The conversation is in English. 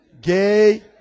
gay